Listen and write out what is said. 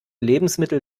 lebensmittel